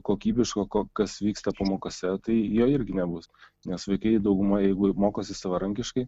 kokybiško ko kas vyksta pamokose tai jo irgi nebus nes vaikai dauguma jeigu mokosi savarankiškai